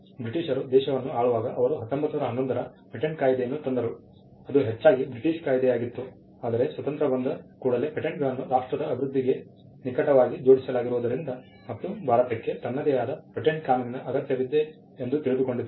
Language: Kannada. ಬ್ರಿಟಿಷರು ದೇಶವನ್ನು ಆಳುವಾಗ ಅವರು 1911 ರ ಪೇಟೆಂಟ್ ಕಾಯ್ದೆಯನ್ನು ತಂದರು ಅದು ಹೆಚ್ಚಾಗಿ ಬ್ರಿಟಿಷ್ ಕಾಯಿದೆಯಾಗಿತ್ತು ಆದರೆ ಸ್ವಾತಂತ್ರ್ಯ ಬಂದ ಕೂಡಲೇ ಪೇಟೆಂಟ್ಗಳನ್ನು ರಾಷ್ಟ್ರದ ಅಭಿವೃದ್ಧಿಗೆ ನಿಕಟವಾಗಿ ಜೋಡಿಸಲಾಗಿರುವುದರಿಂದ ಮತ್ತು ಭಾರತಕ್ಕೆ ತನ್ನದೇ ಆದ ಪೇಟೆಂಟ್ ಕಾನೂನಿನ ಅಗತ್ಯವಿದೆ ಎಂದು ತಿಳಿದುಕೊಂಡಿತ್ತು